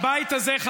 על זה אני אענה.